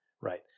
right